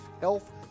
health